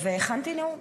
והכנתי נאום,